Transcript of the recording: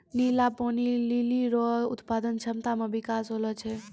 नीला पानी लीली रो उत्पादन क्षमता मे बिकास होलो छै